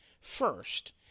first